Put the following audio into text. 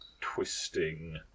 twisting